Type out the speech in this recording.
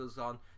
on